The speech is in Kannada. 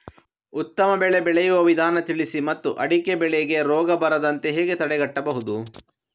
ಉತ್ತಮ ಬೆಳೆ ಬೆಳೆಯುವ ವಿಧಾನ ತಿಳಿಸಿ ಮತ್ತು ಅಡಿಕೆ ಬೆಳೆಗೆ ರೋಗ ಬರದಂತೆ ಹೇಗೆ ತಡೆಗಟ್ಟಬಹುದು?